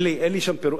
אין לי שם פירוט.